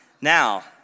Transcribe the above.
Now